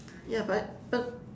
ya but but